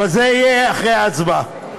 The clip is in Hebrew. אבל זה יהיה אחרי ההצבעה.